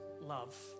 love